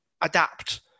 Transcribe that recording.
adapt